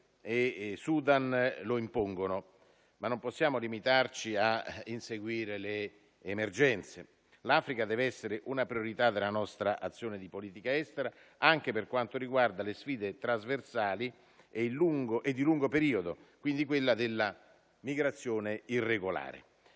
e Sudan lo impongono. Ma non possiamo limitarci a inseguire le emergenze: l'Africa deve essere una priorità della nostra azione di politica estera anche per quanto riguarda le sfide trasversali e di lungo periodo, quindi quella della migrazione irregolare.